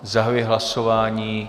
Zahajuji hlasování.